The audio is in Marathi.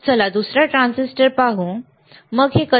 चला दुसरा ट्रान्झिस्टर पाहू मग हे कसे